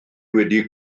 wedi